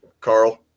carl